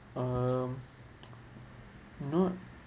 um not